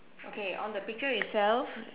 okay on the picture itself